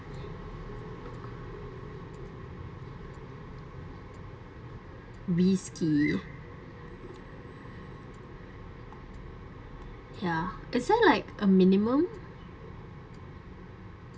risky ya is there like a minimum